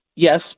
Yes